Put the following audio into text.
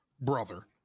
brother